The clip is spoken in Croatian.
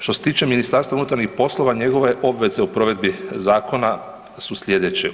Što se tiče MUP-a njegove obveza u provedbi zakona su slijedeće.